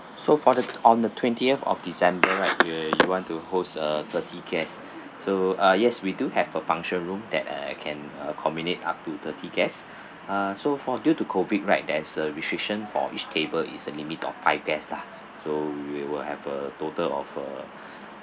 so for the on the twentieth of december right you you want to host a thirty guests so ah yes we do have a function room that uh can accommodate up to thirty guests uh so for due to COVID right there's a restriction for each table is a limit of five guests lah so we will have a total of a